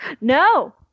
No